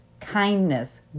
kindness